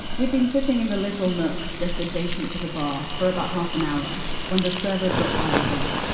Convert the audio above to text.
we've been sitting in the little nook just adjacent to the bar for about half an hour when the server dropped by again,